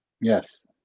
yes